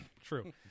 true